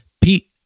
Pete